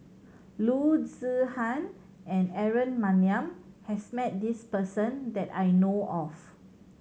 Loo Zihan and Aaron Maniam has met this person that I know of